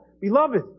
Beloved